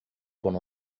von